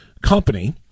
company